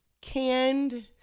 canned